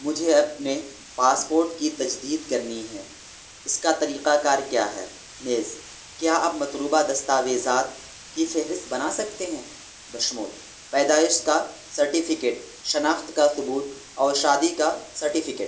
مجھے اپنے پاسپورٹ کی تجدید کرنی ہے اس کا طریقہ کار کیا ہے نیز کیا آپ مطلوبہ دستاویزات کی فہرست بنا سکتے ہیں بشمول پیدائش کا سرٹیفکیٹ شناخت کا ثبوت اور شادی کا سرٹیفکیٹ